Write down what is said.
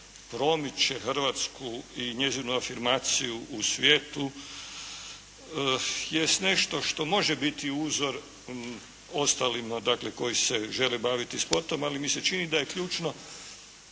Hrvatsku i njezinu afirmaciju u svijetu, jest nešto što može biti uzor ostalima, dakle koji se žele baviti sportom. Ali mi se čini da je ključno